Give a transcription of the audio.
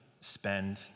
spend